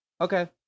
Okay